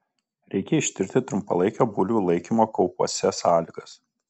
reikia ištirti trumpalaikio bulvių laikymo kaupuose sąlygas